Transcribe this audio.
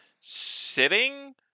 sitting